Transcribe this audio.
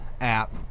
app